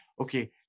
okay